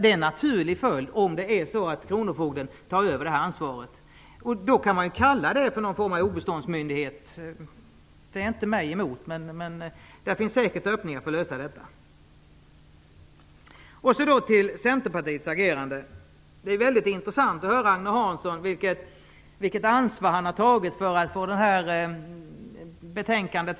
Om kronofogdemyndigheten får ta över detta ansvar, kan den ges benämningen obeståndsmyndighet - det är inte mig emot. Det finns säkerligen öppningar för detta. Så till Centerpartiets agerande. Det var intressant att höra vilket ansvar Agne Hansson har tagit för att få fram det här betänkandet.